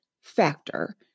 factor